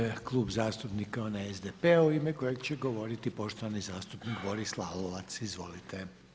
Sljedeći Klub zastupnika je onaj SDP u ime kojeg će govoriti poštovani zastupnik Boris Lalovac, izvolite.